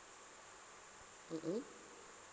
mm mm